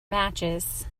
matches